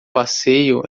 passeio